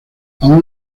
aún